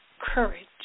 courage